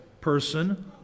person